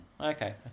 Okay